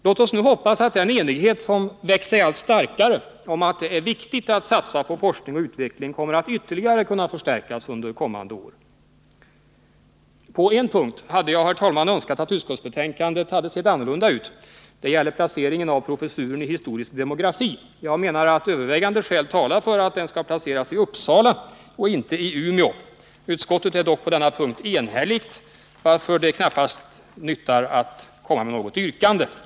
Låt oss nu hoppas att den enighet om att det är viktigt att satsa på forskning och utveckling som växt sig allt starkare kommer att ytterligare kunna förstärkas under kommande år. På en punkt hade jag, herr talman, önskat att utskottsbetänkandet hade sett annorlunda ut. Det gäller placeringen av professuren i historisk demografi. Jag menar att övervägande skäl talar för att den skall placeras i Uppsala och inte i Umeå. Utskottet är dock på denna punkt enhälligt, varför det knappast nyttar att komma med något yrkande.